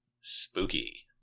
Spooky